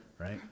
Right